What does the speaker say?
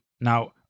Now